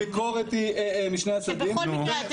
הביקורת היא משני הצדדים -- גם הוא אומר שאתם לא עונים.